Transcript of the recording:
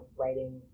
writing